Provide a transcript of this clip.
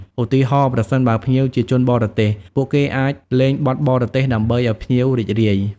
ឧទាហរណ៍ប្រសិនបើភ្ញៀវជាជនបរទេស ពួកគេអាចលេងបទបរទេសដើម្បីឱ្យភ្ញៀវរីករាយ។